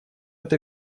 это